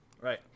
Right